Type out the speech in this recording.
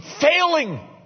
failing